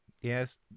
Yes